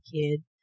kid